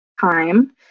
time